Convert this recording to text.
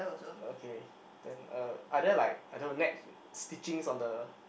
okay then er are there like I don't know net stitchings on the